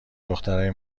دخترای